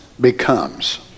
becomes